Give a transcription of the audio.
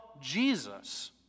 Jesus